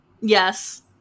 Yes